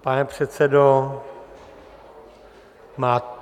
Pane předsedo, máte...